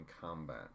combat